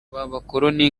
b’abakoloni